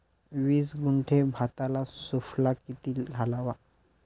वीस गुंठे भाताला सुफला किती घालावा?